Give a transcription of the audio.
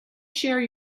share